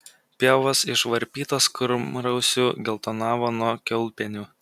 pievos išvarpytos kurmrausių geltonavo nuo kiaulpienių